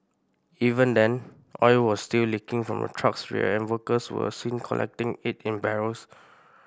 even then oil was still leaking from the truck's rear and workers were seen collecting it in barrels